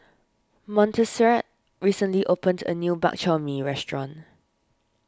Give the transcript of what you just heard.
Montserrat recently opened a new Bak Chor Mee restaurant